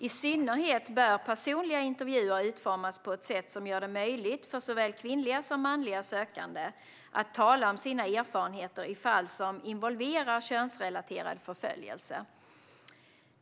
I synnerhet bör personliga intervjuer utformas på ett sätt som gör det möjligt för såväl kvinnliga som manliga sökande att tala om sina erfarenheter i fall som involverar könsrelaterad förföljelse."